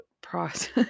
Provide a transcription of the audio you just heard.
process